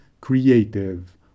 creative